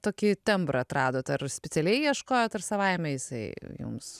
tokį tembrą atradot ar spicialiai ieškojot ar savaime jisai jums